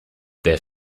their